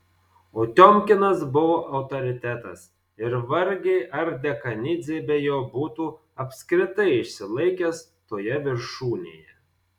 o tiomkinas buvo autoritetas ir vargiai ar dekanidzė be jo būtų apskritai išsilaikęs toje viršūnėje